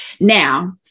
Now